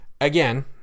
again